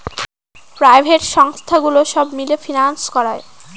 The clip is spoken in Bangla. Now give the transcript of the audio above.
প্রাইভেট সংস্থাগুলো সব মিলে ফিন্যান্স করায়